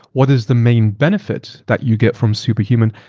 what is the main benefit that you get from superhuman?